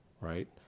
Right